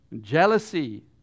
jealousy